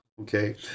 Okay